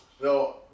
No